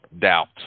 doubt